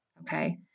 Okay